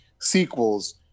sequels